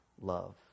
love